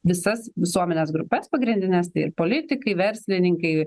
visas visuomenės grupes pagrindines tai ir politikai verslininkai